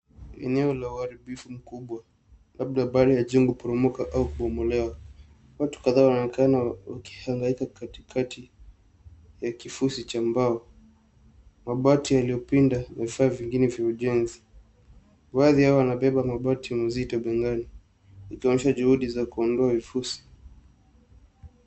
Eneo la uharibifu mkubwa labda baada ya jengo kuporomoka au kubomolewa. Watu kadhaa wanaonekana wakihangaika kati kati ya kifusi cha mbao. Mabati yaliyopinda na vifaa vingine vye ujenzi .Baadhi yao wanabeba mabati mzito begani ikionyesha juhudi ya kuondoa vifusi.